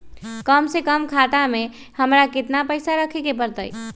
कम से कम खाता में हमरा कितना पैसा रखे के परतई?